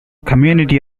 community